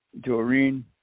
Doreen